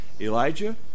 Elijah